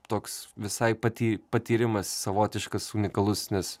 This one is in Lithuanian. toks visai paty patyrimas savotiškas unikalus nes